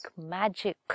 magic